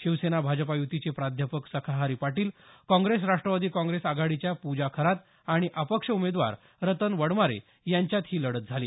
शिवसेना भाजपा य्तीचे प्राध्यापक सखाहरी पाटील काँप्रेस राष्ट्रवादी कॉग्रेस आघाडीच्या पुजा खरात आणि अपक्ष उमेदवार रतन वडमारे यांच्यात ही लढत झाली